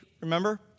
remember